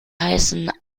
heißen